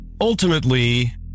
Ultimately